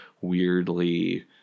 weirdly